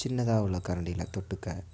சின்னதாக உள்ள கரண்டியில் தொட்டுக்க